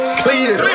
clear